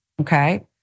okay